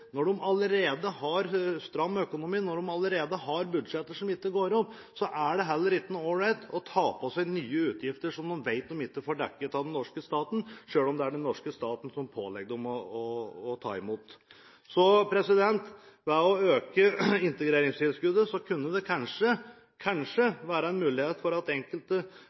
Når de allerede har stram økonomi og budsjetter som ikke går opp, er det heller ikke all right å ta på seg nye utgifter som en vet en ikke får dekket av den norske staten – selv om det er den norske staten som pålegger dem å ta imot folk. Ved å øke integreringstilskuddet kunne det kanskje være en mulighet for at